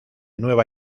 nueva